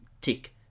tick